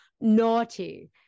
naughty